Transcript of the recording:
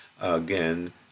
again